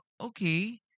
okay